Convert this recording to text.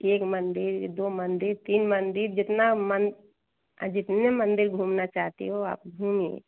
एक मंदिर दो मंदिर तीन मंदिर जितना मन जितने मंदिर आप घूमना चाहती हो आप घूमिए